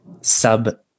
sub